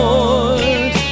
Lord